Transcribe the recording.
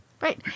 Right